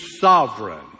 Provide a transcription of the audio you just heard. sovereign